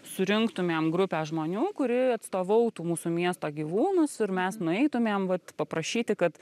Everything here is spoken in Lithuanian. surinktumėm grupę žmonių kuri atstovautų mūsų miesto gyvūnus ir mes nueitumėm vat paprašyti kad